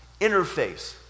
interface